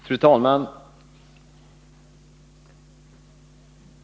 Fru talman!